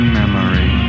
memory